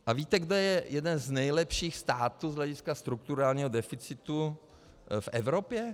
A víte, kdo je jeden z nejlepších států z hlediska strukturálního deficitu v Evropě?